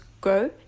grow